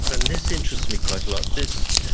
and this interests me quite a lot this,